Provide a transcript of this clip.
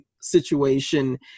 situation